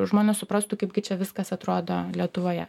žmonės suprastų kaipgi čia viskas atrodo lietuvoje